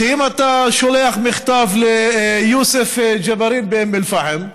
אם אתה שולח מכתב ליוסף ג'בארין באום אל-פחם,